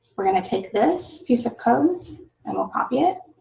we're going to take this piece of code and we'll copy it